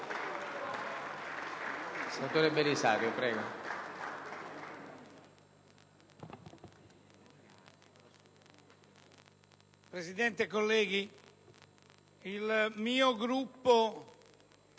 Presidente, colleghi, il Gruppo